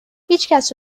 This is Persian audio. هیچکس